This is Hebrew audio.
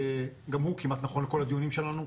גם הוא כמעט נכון לכל הדיונים שלנו,